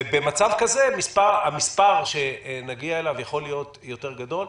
במצב כזה, המספר שנגיע אליו יכול להיות יותר גדול.